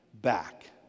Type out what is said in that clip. back